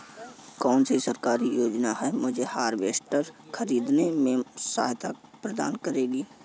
कौन सी सरकारी योजना मुझे हार्वेस्टर ख़रीदने में सहायता प्रदान करेगी?